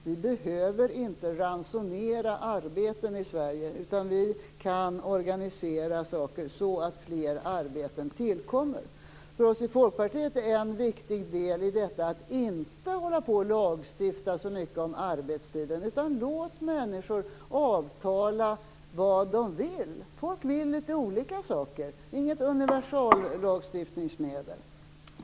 Vi behöver inte ransonera arbeten i Sverige, utan vi kan organisera saker så att fler arbeten tillkommer. För oss i Folkpartiet är en viktig del i detta att inte hålla på och lagstifta så mycket om arbetstiden. Låt människor avtala vad de vill! Folk vill litet olika saker. Lagstiftning skall inte vara ett universalmedel.